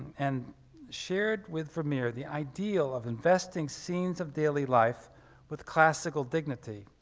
and shared with vermeer the ideal of investing scenes of daily life with classical dignity,